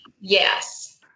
Yes